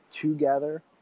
together